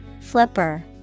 Flipper